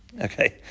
Okay